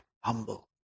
Humble